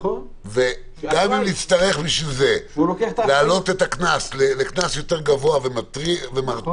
גם אם נצטרך בשביל זה להעלות את הקנס לקנס יותר גבוה ומרתיע,